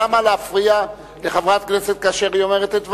למה להפריע לחברת כנסת כאשר היא אומרת את דבריה?